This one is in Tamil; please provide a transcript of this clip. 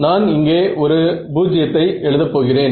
நான் இங்கே ஒரு 0 ஐ எழுத போகிறேன்